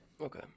Okay